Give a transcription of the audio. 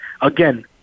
again